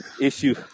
issue